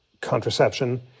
contraception